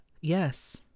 Yes